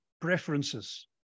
preferences